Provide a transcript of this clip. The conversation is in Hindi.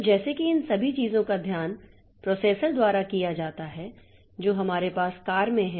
तो जैसे कि इन सभी चीजों का ध्यान प्रोसेसर द्वारा किया जाता है जो हमारे पास कार में हैं